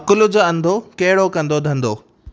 अकुल जो अंधो कहिड़ो कंदो धंधो